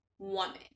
Woman